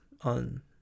on